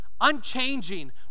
unchanging